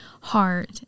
heart